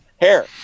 hair